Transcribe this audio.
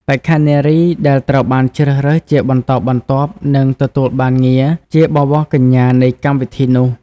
បេក្ខនារីដែលត្រូវបានជ្រើសរើសជាបន្តបន្ទាប់នឹងទទួលបានងារជាបវរកញ្ញានៃកម្មវិធីនោះ។